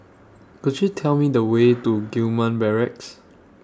Could YOU Tell Me The Way to Gillman Barracks